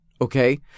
Okay